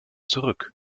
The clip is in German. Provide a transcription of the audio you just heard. zurück